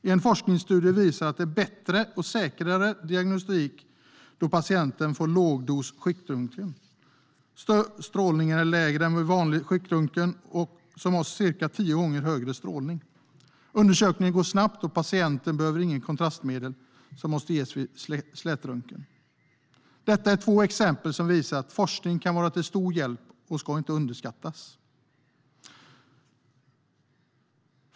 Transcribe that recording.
I en forskningsstudie visas att det blir bättre och säkrare diagnostik då patienten får lågdos skiktröntgen. Strålningen är lägre än vid vanlig skiktröntgen, som har cirka tio gånger högre strålning. Undersökningen går snabbt och patienten behöver inget kontrastmedel, som måste ges vid slätröntgen. Detta är två exempel som visar att forskning kan vara till stor hjälp och inte ska underskattas.